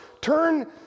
turn